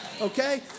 Okay